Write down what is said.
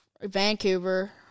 Vancouver